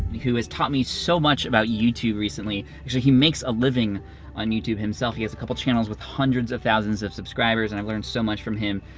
who has taught me so much about youtube recently. actually he makes a living on youtube himself. he has a couple channels with hundreds of thousands of subscribers, and i've learned so much from him.